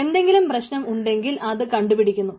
എന്തെങ്കിലും പ്രശ്നം ഉണ്ടെങ്കിൽ അത് കണ്ടുപിടിക്കുന്നു